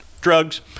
drugs